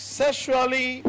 sexually